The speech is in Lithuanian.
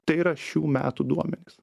tai yra šių metų duomenys